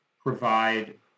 provide